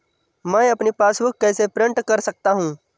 मैं अपनी पासबुक कैसे प्रिंट कर सकता हूँ?